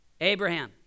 Abraham